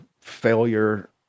failure